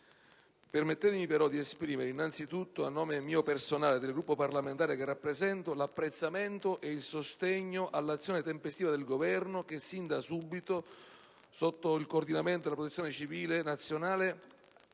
Permettetemi di esprimere innanzitutto, a nome mio personale e del Gruppo parlamentare che qui rappresento, l'apprezzamento e il sostegno all'azione tempestiva del Governo che sin da subito, sotto il coordinamento della Protezione civile nazionale,